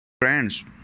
Friends